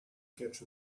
catch